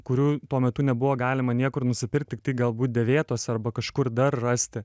kurių tuo metu nebuvo galima niekur nusipirkti tiktai galbūt dėvėtus arba kažkur dar rasti